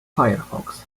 firefox